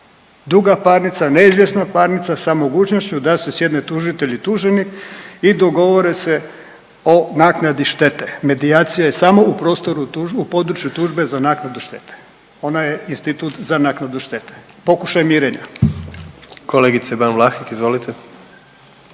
duga parnica, neizvjesna parnica sa mogućnošću da se sjedne tužitelj i tuženik i dogovore se o naknadi štete. Medijacija je samo u prostoru, u području tužbe za naknadu štete. Ona je institut za naknadu štete. Pokušaj mirenja. **Jandroković, Gordan